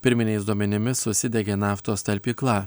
pirminiais duomenimis užsidegė naftos talpykla